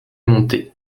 monter